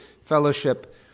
fellowship